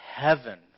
heaven